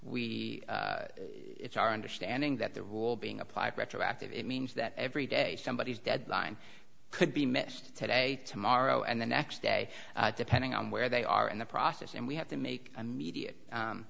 we it's our understanding that the rule being applied retroactive it means that every day somebody is deadline could be missed today tomorrow and the next day depending on where they are in the process and we have to make immediate